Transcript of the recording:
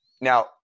Now